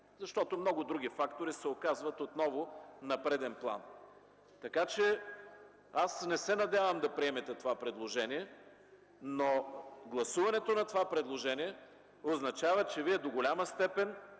Много други фактори се оказват отново на преден план, така че аз не се надявам да приемете това предложение, но гласуването на това предложение означава, че Вие до голяма степен